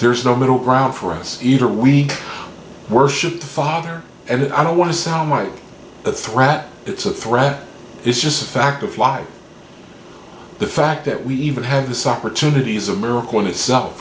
there is no middle ground for us either we worship the father and i don't want to sound like a threat it's a threat is just a fact of life the fact that we even had this opportunity is a miracle